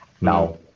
Now